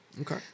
Okay